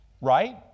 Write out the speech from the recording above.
right